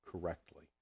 correctly